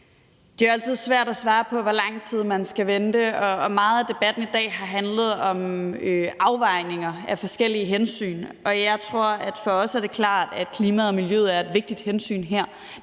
Det er jo altid svært at svare på, hvor lang tid man skal vente, og meget af debatten i dag har handlet om afvejninger af forskellige hensyn. For os er det klart, at klimaet og miljøet er et vigtigt hensyn her.